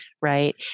right